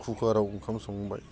खुखाराव ओंखाम संबाय